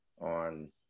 on